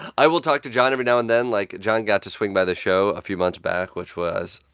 i will talk to jon every now and then. like, jon got to swing by the show a few months back, which was,